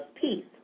peace